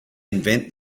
invent